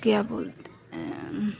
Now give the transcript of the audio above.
क्या बोलते हैं